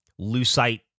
Lucite